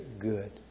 good